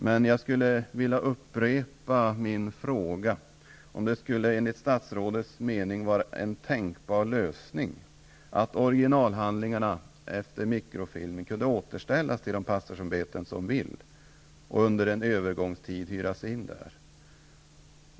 Men jag vill upprepa min fråga: Skulle det enligt statsrådets mening vara en tänkbar lösning att originalhandlingarna efter mikrofilmning kunde återställas till de pastorsämbeten som vill ha dem och under en övergångstid hyras in där?